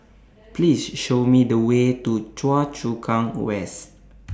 Please Show Me The Way to Choa Chu Kang West